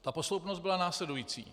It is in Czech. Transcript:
Ta posloupnost byla následující.